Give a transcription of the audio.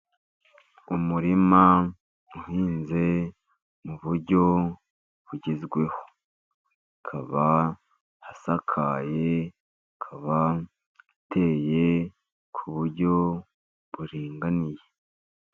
Umurima uhinze mu buryo bugezweho, ukaba usakaye, ukaba uteye ku buryo buringaniye.